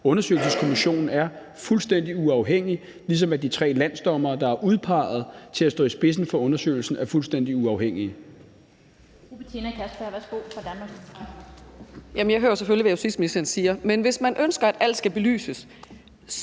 Undersøgelseskommissionen er fuldstændig uafhængig, ligesom de tre landsdommere, der er udpeget til at stå i spidsen for undersøgelsen, er fuldstændig uafhængige.